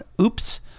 oops